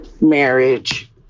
marriage